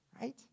right